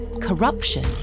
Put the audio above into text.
corruption